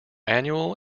annual